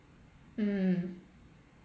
mm